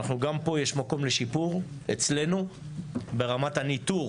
גם פה יש מקום לשיפור אצלנו ברמת הניטור